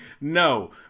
no